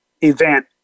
event